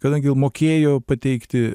kadangi mokėjo pateikti